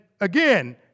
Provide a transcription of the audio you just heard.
again